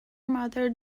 mother